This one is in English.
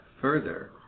further